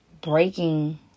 breaking